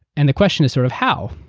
and the question is sort of how?